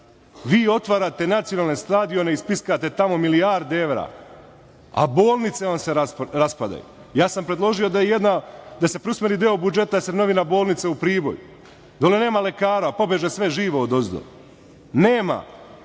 Vi otvarate nacionalne stadione i spiskate tamo milijarde evra, a bolnice vam se raspadaju. Ja sam predložio da se preusmeri deo budžeta da se obnovi bolnica u Priboju, dole nema lekara, pobeže sve živo odozdo. Nema,